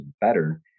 better